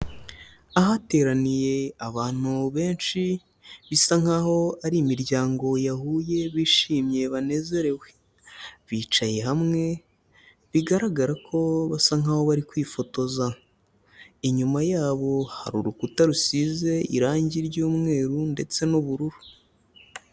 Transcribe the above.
Ahateraniye abantu benshi bisa nkaho ari imiryango yahuye, bishimye banezerewe, bicaye hamwe bigaragara ko basa nkaho bari kwifotoza, inyuma yabo hari urukuta rusize irangi ry'umweru ndetse n'ubururu.